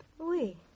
Oui